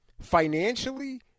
Financially